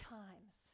times